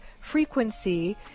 frequency